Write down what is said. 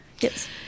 Yes